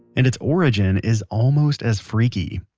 and its origin is almost as freaky